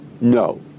no